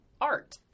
art